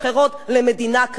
למדינה כמו אירן.